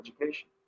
education